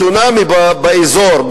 צונאמי באזור,